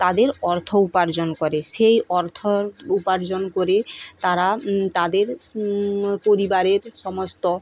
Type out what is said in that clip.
তাদের অর্থ উপার্জন করে সেই অর্থ উপার্জন করে তারা তাদের পরিবারের সমস্ত